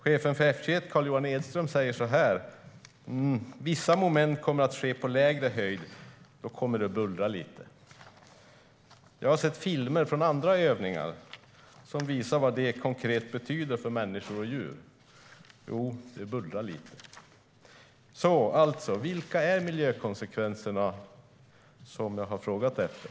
Chefen för F 21, Carl-Johan Edström, säger följande: Vissa moment kommer att ske på lägre höjd. Då kommer det att bullra lite. Jag har sett filmer från andra övningar som visar vad det konkret betyder för människor och djur. Jo, det bullrar lite. Vilka är alltså de miljökonsekvenser jag har frågat efter?